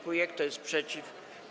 Kto jest przeciw?